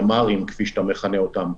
ימ"רים כפי שאתה מכנה אותן,